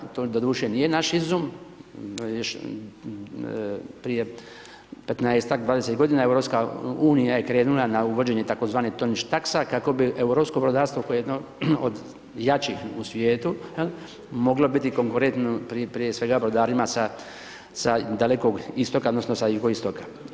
To doduše nije naš izum, prije 15-20 g. EU je krenula na uvođenje tzv. tonič taksa, kako bi europsko brodarstvo koje je jedno od jačih u svijetu moglo biti konkretno prije svega brodarima sa Dalekog Istoka, odnosno, sa jugoistoka.